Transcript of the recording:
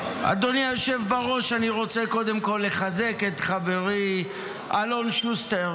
קודם כול לחזק את חברי אלון שוסטר,